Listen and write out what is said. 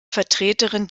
vertreterin